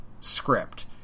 script